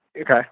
Okay